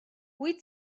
wyt